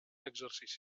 exercici